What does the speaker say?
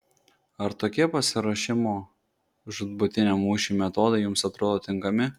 ar tokie pasiruošimo žūtbūtiniam mūšiui metodai jums atrodo tinkami